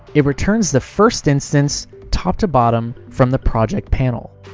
it returns the first instance, top to bottom, from the project panel.